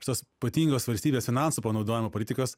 šitos ypatingos valstybės finansų panaudojimo politikos